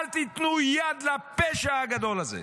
אל תיתנו יד לפשע הגדול הזה.